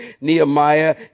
Nehemiah